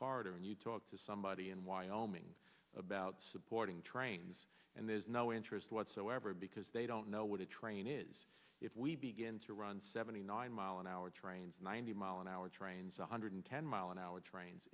corridor and you talk to somebody in wyoming about supporting trains and there's no interest whatsoever because they don't know what a train is if we begin to run seventy nine mile an hour trains ninety mile an hour trains one hundred ten mile an hour trains